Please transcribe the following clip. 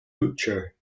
butcher